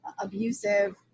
abusive